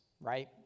right